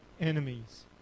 enemies